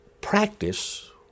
practice